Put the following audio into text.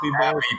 Happy